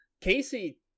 casey